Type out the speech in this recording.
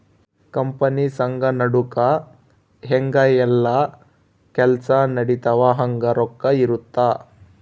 company ಸಂಘ ನಡುಕ ಹೆಂಗ ಯೆಲ್ಲ ಕೆಲ್ಸ ನಡಿತವ ಹಂಗ ರೊಕ್ಕ ಇರುತ್ತ